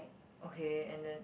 okay and then